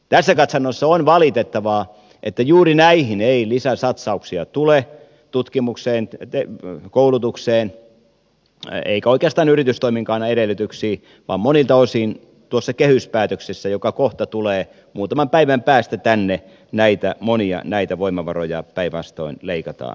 tässä katsannossa on valitettavaa että juuri näihin ei lisäsatsauksia tule tutkimukseen koulutukseen eikä oikeastaan yritystoiminnankaan edellytyksiin vaan monilta osin tuossa kehyspäätöksessä joka kohta muutaman päivän päästä tänne tulee näitä monia voimavaroja päinvastoin leikataan